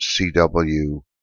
CW